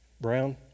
Brown